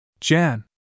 Jan